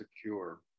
secure